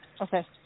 Okay